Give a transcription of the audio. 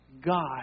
God